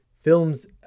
films